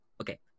okay